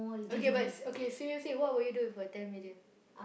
okay but okay seriously what would you do with a ten million